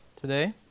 today